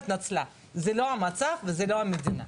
זה לא המצב וזו לא המדינה.